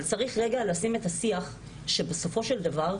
אבל צריך לשים את השיח שבסופו של דבר,